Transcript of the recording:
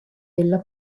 della